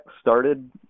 started